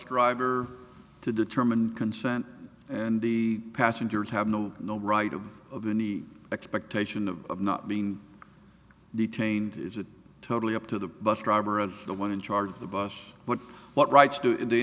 driver to determine consent and the passengers have no no right to obey any expectation of not being detained totally up to the bus driver of the one in charge of the bus but what rights do the